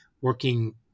working